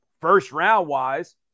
first-round-wise